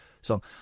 song